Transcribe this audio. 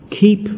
Keep